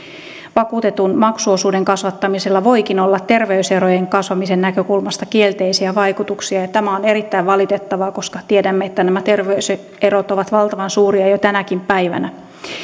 vakuutetun maksuosuuden kasvattamisella voikin olla terveyserojen kasvamisen näkökulmasta kielteisiä vaikutuksia ja tämä on erittäin valitettavaa koska tiedämme että nämä terveyserot ovat valtavan suuria jo tänäkin päivänä